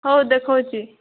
ହେଉ ଦେଖାଉଛି